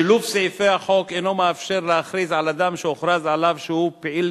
שילוב סעיפי החוק אינו מאפשר להכריז על אדם שהוכרז עליו שהוא פעיל